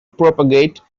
propagate